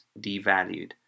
devalued